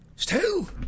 Still